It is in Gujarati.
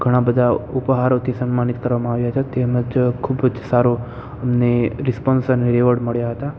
ઘણા બધા ઉપહારોથી સન્માનિત કરવામાં આવ્યા છે તેમજ ખૂબ જ સારો અમને રિસ્પોન્સ અને રિવૉર્ડ મળ્યાં હતા